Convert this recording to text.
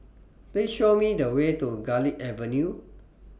Please Show Me The Way to Garlick Avenue